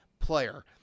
player